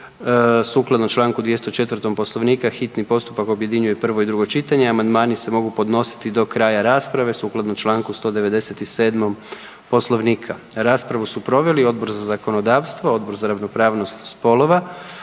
Sukladno čl. 204. Poslovnika, hitni postupak objedinjuje prvo i drugo čitanje, a amandmani se mogu podnositi do kraja rasprave sukladno čl. 197. Poslovnika. Raspravu su proveli Odbor za zakonodavstvo, Odbor za ravnopravnost spolova,